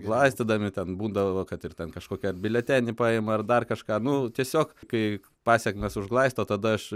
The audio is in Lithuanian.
glaistydami ten būdavo kad ir ten kažkokia biuletenį paima ar dar kažką nu tiesiog kai pasekmes užglaisto tada aš